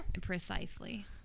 Precisely